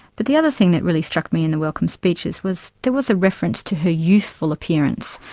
but the other thing that really struck me in the welcome speeches was there was a reference to her youthful appearance,